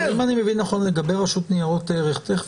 אבל אם אני מבין נכון לגבי הרשות לניירות ערך תכף